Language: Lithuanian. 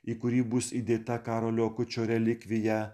į kurį bus įdėta karolio akučio relikvija